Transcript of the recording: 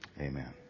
Amen